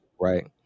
right